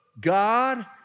God